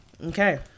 Okay